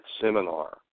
seminar